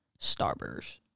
Starburst